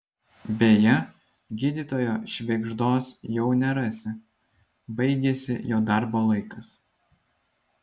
beje gydytojo švėgždos jau nerasi baigėsi jo darbo laikas